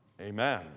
Amen